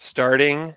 Starting